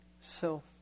self